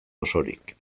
osorik